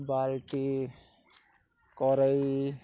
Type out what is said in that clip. ବାଲ୍ଟି କଡ଼େଇ